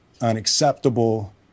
unacceptable